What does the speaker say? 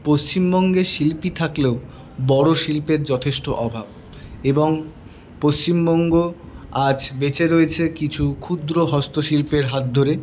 পশ্চিমবঙ্গে শিল্পী থাকলেও বড়ো শিল্পের যথেষ্ট অভাব এবং পশ্চিমবঙ্গ আজ বেঁচে রয়েছে কিছু ক্ষুদ্র হস্তশিল্পের হাত ধরে